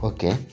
Okay